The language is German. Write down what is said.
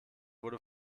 wurde